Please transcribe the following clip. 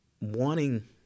wanting